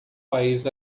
país